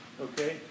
Okay